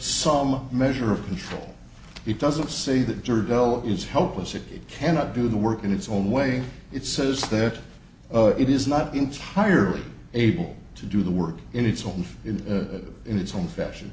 some measure of control it doesn't say that to rebel is helpless it cannot do the work in its own way it says that it is not entirely able to do the work in its own in the in its own fashion